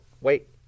wait